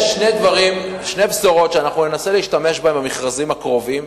יש שתי בשורות שאנחנו ננסה להשתמש בהן במכרזים הקרובים.